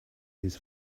his